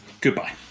goodbye